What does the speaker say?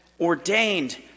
ordained